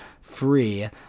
free